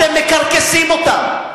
אתם מקרקסים אותם,